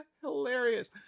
Hilarious